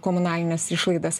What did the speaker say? komunalines išlaidas